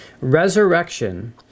Resurrection